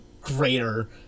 greater